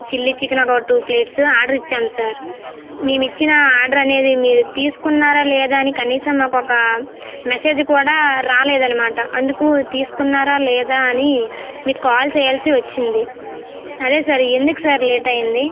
చిల్లి chicken ఒక two plates order ఇచ్చాము sir మేము ఇచ్చిన ఆర్డర్ అనేది మీరు తీసుకున్నారా లేదా అని కనీసం ఒక మెసేజ్ కూడా రాలేదు అన్నమాట అందుకు తీసుకున్నారా లేదా అని మీకు కాల్ చేయాల్సి వచ్చింది అదే సార్ ఎందుకు సార్ లేట్ అయింది